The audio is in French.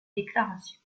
déclaration